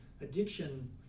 addiction